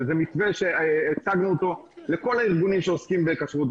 וזה מתווה שהצגנו לכל הארגונים שעוסקים בכשרות.